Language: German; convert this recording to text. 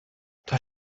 das